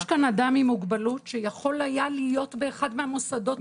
יש כאן אדם עם מוגבלות שיכול היה להיות באחד מהמוסדות האלה.